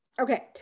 Okay